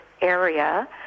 area